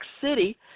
city